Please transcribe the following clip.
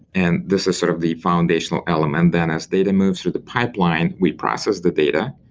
and this is sort of the foundational element. then as data moves through the pipeline, we process the data.